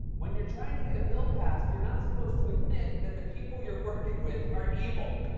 when you're trying to get a bill passed, you're not supposed to admit that the people you're working with are evil.